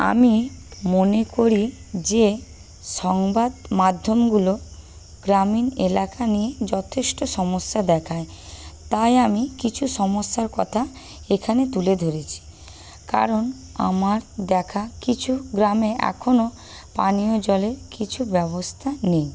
আমি মনে করি যে সংবাদ মাধ্যমগুলো গ্রামীণ এলাকা নিয়ে যথেষ্ট সমস্যা দেখায় তাই আমি কিছু সমস্যার কথা এখানে তুলে ধরেছি কারণ আমার দেখা কিছু গ্রামে এখনো পানীয় জলের কিছু ব্যবস্থা নেই